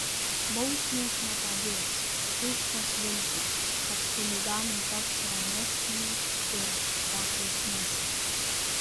bausmės nepadės tuščios viltys kad chuliganai taps ramesni ir paklusnesni